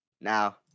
Now